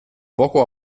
poco